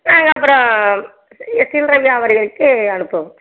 நாங்கள் அப்பறம் சில்லற வியாபாரிங்களுக்கு அனுப்புவோம்